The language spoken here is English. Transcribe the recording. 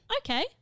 Okay